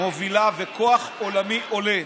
של חדשנות מובילה וכוח עולמי עולה.